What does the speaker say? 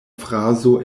frazo